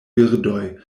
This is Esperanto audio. birdoj